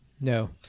No